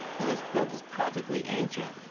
and this book is practically ancient.